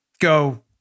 go